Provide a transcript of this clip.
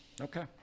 Okay